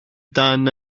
dan